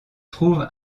trouve